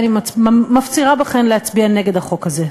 אני מפצירה בכם להצביע נגד החוק הזה.